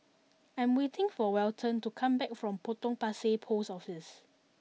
I am waiting for Welton to come back from Potong Pasir Post Office